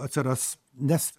atsiras nes